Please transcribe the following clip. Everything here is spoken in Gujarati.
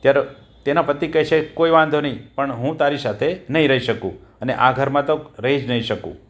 ત્યારે તેનો પતિ કહે છે કોઈ વાંધો નહીં પણ હું તારી સાથે નહીં રહી શકું અને આ ઘરમાં તો રહી જ નહીં શકું